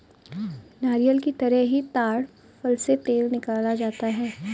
नारियल की तरह ही ताङ फल से तेल निकाला जाता है